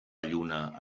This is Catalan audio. lluna